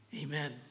amen